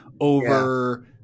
over